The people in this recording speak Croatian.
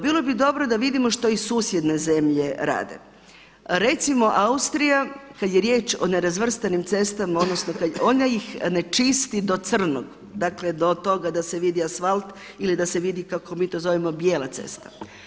Bilo bi dobro da vidimo što i susjedne zemlje rade, recimo Austrija kada je riječ o nerazvrstanim cestama, ona ih ne čisti do crnog dakle do toga da se vidi asfalt ili da se vidi kako mi to zovemo bijela cesta.